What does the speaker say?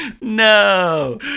No